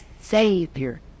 savior